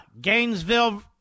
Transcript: Gainesville